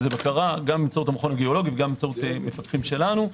זה בקרה גם באמצעות המכון הביולוגי וגם באמצעות מפקחים שלנו.